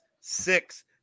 six